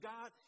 God